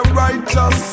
righteous